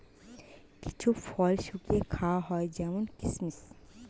কিছু ফল শুকিয়ে খাওয়া হয় যেমন কিসমিস